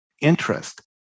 interest